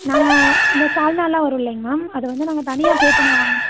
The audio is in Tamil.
நாங்கள் இந்த சால்னாலாம் வரும் இல்லைங்க மேம் அதை வந்து நாங்கள் தனியாக பே பண்ணி வாங்